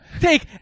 Take